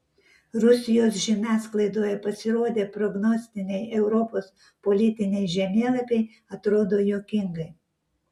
rusijos žiniasklaidoje pasirodę prognostiniai europos politiniai žemėlapiai atrodo juokingai